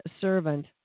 servant